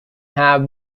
have